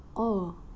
oh